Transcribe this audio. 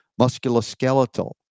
musculoskeletal